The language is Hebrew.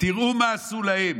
תראו מה עשו להם.